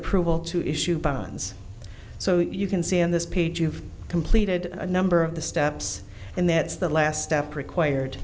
approval to issue bonds so you can see on this page you've completed a number of the steps and that's the last step required